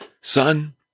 son